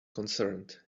concerned